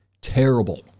terrible